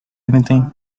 anything